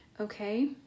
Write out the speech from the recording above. okay